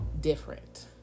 different